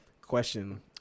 Question